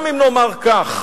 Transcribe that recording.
גם אם נאמר כך,